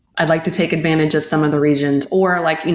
i'd like to take advantage of some of the regions, or like,